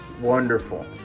wonderful